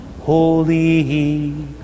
Holy